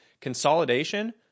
Consolidation